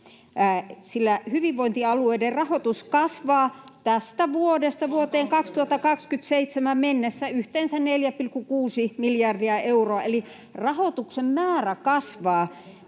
sillä hyvinvointialueiden rahoitus kasvaa tästä vuodesta vuoteen 2027 mennessä yhteensä 4,6 miljardia euroa, eli rahoituksen määrä kasvaa